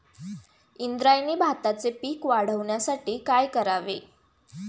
इंद्रायणी भाताचे पीक वाढण्यासाठी काय करावे?